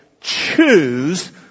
choose